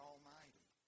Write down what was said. Almighty